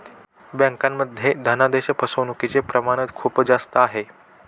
बँकांमध्ये धनादेश फसवणूकचे प्रमाण खूप जास्त आहे